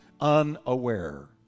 unaware